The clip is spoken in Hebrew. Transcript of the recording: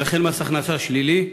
וכן מס הכנסה שלילי,